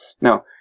Now